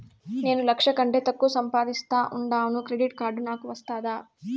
నేను లక్ష కంటే తక్కువ సంపాదిస్తా ఉండాను క్రెడిట్ కార్డు నాకు వస్తాదా